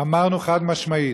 אמרנו חד-משמעית: